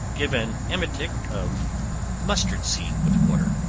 give an emetic of mustard seed with water,